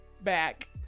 back